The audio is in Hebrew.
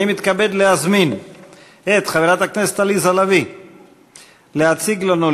אני מתכבד להזמין את חברת הכנסת עליזה לביא להציג לנו,